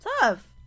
tough